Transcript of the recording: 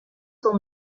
son